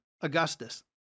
Augustus